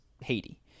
haiti